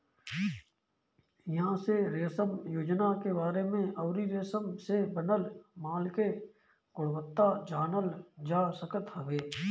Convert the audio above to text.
इहां से रेशम योजना के बारे में अउरी रेशम से बनल माल के गुणवत्ता जानल जा सकत हवे